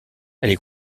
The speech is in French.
est